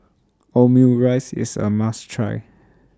Omurice IS A must Try